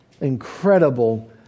incredible